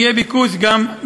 ואם יהיה ביקוש, גם באנגלית.